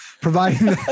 providing